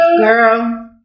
girl